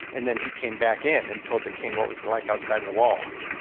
and then he came back in and told the king what was it like outside of the walls.